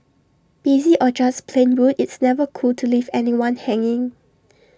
busy or just plain rude it's never cool to leave anyone hanging